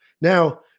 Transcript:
Now